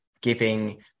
giving